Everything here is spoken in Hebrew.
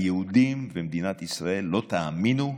היהודים במדינת ישראל, לא תאמינו,